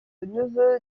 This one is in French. neveu